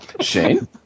Shane